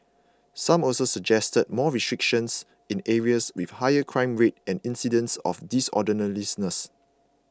some also suggested more restrictions in areas with higher crime rates and incidents of disorderliness